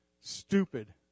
stupid